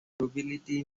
nobility